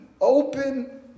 open